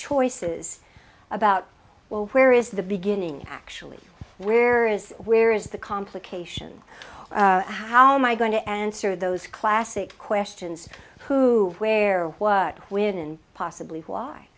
choices about where is the beginning actually where is where is the complication how am i going to answer those classic questions who where what when and possibly why